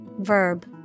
verb